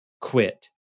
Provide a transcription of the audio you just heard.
quit